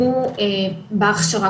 שהוא בהכשרה,